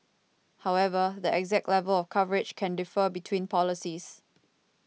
however the exact level of coverage can differ between policies